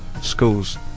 schools